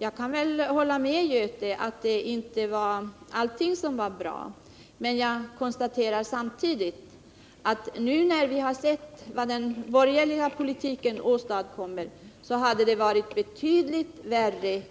Jag kan väl hålla med honom om att inte allting vår bra, men jag konstaterar samtidigt att det nu, när vi har sett vad den borgerliga politiken har åstadkommit, är betydligt värre